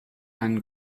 einen